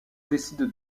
décide